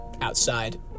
Outside